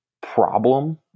problem